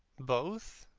both?